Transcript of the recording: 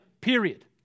period